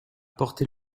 porté